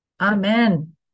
amen